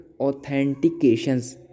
authentications